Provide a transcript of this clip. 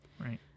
right